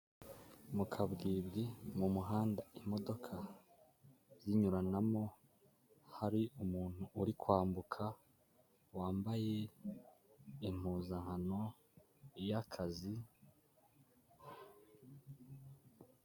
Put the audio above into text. Mu kabwibwi mu muhanda imodoka zinyuranamo hari umuntu uri kwambuka wambaye impuzankano y'akazi.